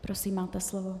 Prosím, máte slovo.